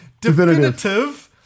Definitive